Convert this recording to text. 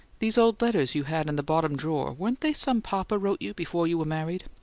these old letters you had in the bottom drawer, weren't they some papa wrote you before you were married?